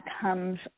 comes